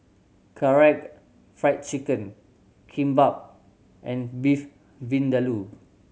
Karaage Fried Chicken Kimbap and Beef Vindaloo